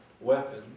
weapon